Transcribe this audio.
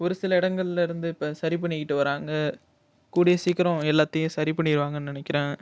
ஒரு சில இடங்களில் இருந்து இப்போ வந்து சரி பண்ணிக்கிட்டு வராங்க கூடிய சீக்கிரம் எல்லாத்தையும் சரி பண்ணிவிடுவாங்கன்னு நினைக்கிறேன்